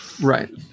right